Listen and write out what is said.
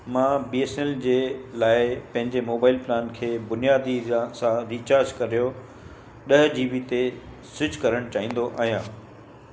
मां B S N L जे लाइ पंहिंजे मोबाइल प्लान खे बुनियादी जा सां रीचार्ज करियो ॾह जी बी ते स्विच करण चाहिंदो आहियां